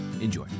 Enjoy